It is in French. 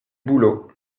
boulot